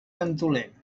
ventoler